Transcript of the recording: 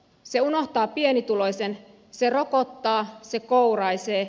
se unohtaa pienituloisen se rokottaa se kouraisee